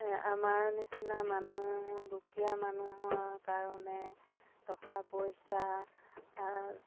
আমাৰ নিচিনা মানুহ দুখীয়া মানুহৰ কাৰণে টকা পইচা